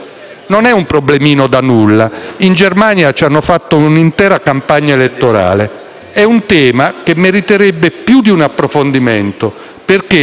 non è un problemino da nulla, tanto che in Germania ci hanno fatto un'intera campagna elettorale, ma è un tema che meriterebbe più di un approfondimento, perché